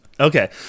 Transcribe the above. Okay